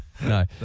No